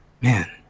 Man